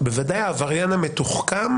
בוודאי העבריין המתוחכם